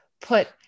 put